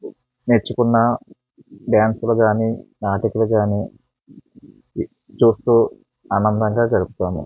నేర్చుకున్న డ్యాన్స్లు కానీ నాటకాలు కానీ చూస్తు ఆనందంగా గడుపుతాము